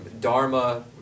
dharma